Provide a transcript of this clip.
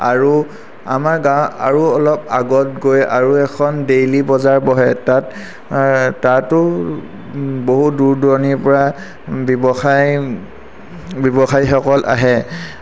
আৰু আমাৰ গাঁও আৰু অলপ আগত গৈ আৰু এখন ডেইলী বজাৰ বহে তাত তাতো বহু দূৰ দূৰণিৰপৰা ব্যৱসায় ব্যৱসায়ীসকল আহে